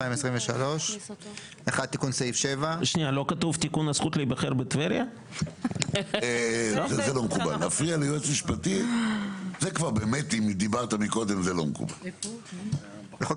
התשפ"ג-2023 תיקון סעיף 7 1. (1) בסעיף